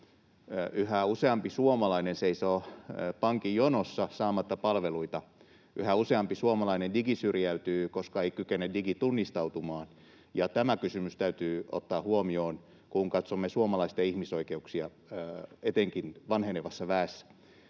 yhä useampi suomalainen seisoo pankin jonossa saamatta palveluita. Yhä useampi suomalainen digisyrjäytyy, koska ei kykene digitunnistautumaan, ja tämä kysymys täytyy ottaa huomioon, kun katsomme suomalaisten ihmisoikeuksia, etenkin vanhenevassa väessä.